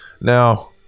Now